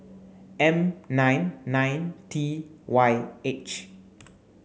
N nine nine T Y H